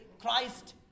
Christ